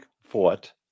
fought